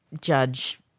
judge